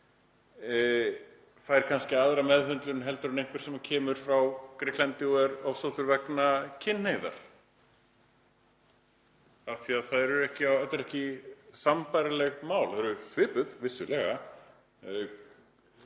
fær kannski aðra meðhöndlun en einhver sem kemur frá Grikklandi og er ofsóttur vegna kynhneigðar af því að þetta eru ekki sambærileg mál, þau eru svipuð, vissulega,